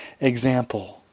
example